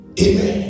Amen